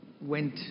went